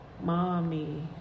mommy